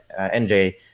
NJ